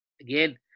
Again